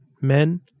men